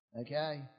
Okay